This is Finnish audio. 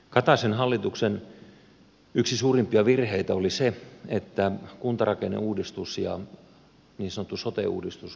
kataisen hallituksen yksi suurimpia virheitä oli se että kuntarakenneuudistus ja niin sanottu sote uudistus kytkettiin toisiinsa